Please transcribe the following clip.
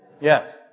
Yes